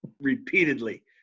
repeatedly